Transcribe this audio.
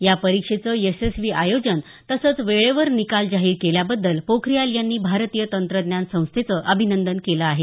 या परीक्षेचं यशस्वी आयोजन तसंच वेळेवर निकाल जाहीर केल्याबद्दल पोखरियाल यांनी भारतीय तंत्रज्ञान संस्थेचं अभिनंदन केलं आहे